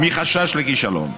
מחשש לכישלון,